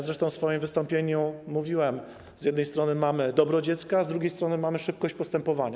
Zresztą w swoim wystąpieniu mówiłem: z jednej strony mamy dobro dziecka, a z drugiej strony mamy szybkość postępowania.